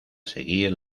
seguir